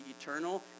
eternal